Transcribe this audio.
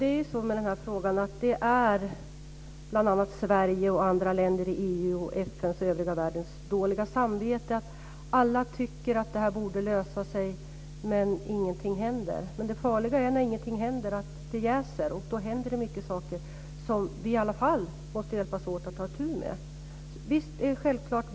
Fru talman! Sverige och andra länder i EU och FN har dåligt samvete när det gäller denna fråga. Alla tycker att detta borde lösas, men ingenting händer. Men det farliga när ingenting händer är att det jäser, och då händer många saker som vi i alla fall måste hjälpas åt med att ta itu med på ett tydligt sätt.